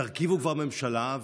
תרכיבו כבר ממשלה.